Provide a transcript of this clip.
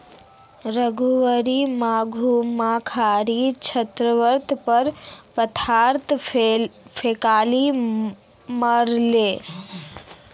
रघुवीर मधुमक्खीर छततार पर पत्थर फेकई मारले